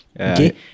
okay